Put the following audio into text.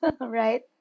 Right